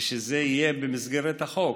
ושזה יהיה במסגרת החוק.